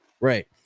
Right